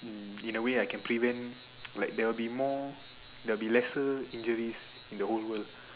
um in a way I can prevent like there will be more there will be lesser injuries in the whole world